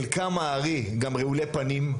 חלקם הארי גם רעולי פנים,